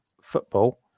football